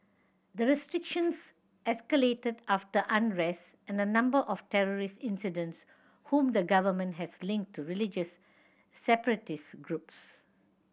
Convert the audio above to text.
the restrictions escalated after unrest and a number of terrorist incidents whom the government has linked to religious separatist groups